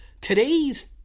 Today's